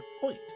point